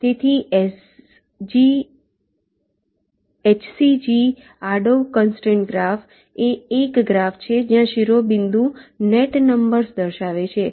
તેથી HCG આડો constraint graph એ એક ગ્રાફ છે જ્યાં શિરોબિંદુ નેટ નંબર્સ દર્શાવે છે